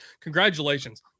congratulations